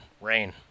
Rain